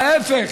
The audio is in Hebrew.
ההפך,